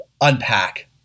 unpack